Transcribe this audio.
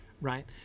right